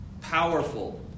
powerful